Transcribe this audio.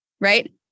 right